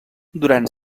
durant